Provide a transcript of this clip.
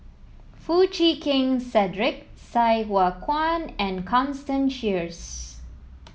Foo Chee Keng Cedric Sai Hua Kuan and Constance Sheares